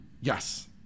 Yes